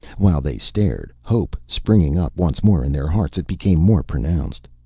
while they stared, hope springing up once more in their hearts, it became more pronounced.